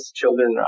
children